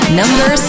number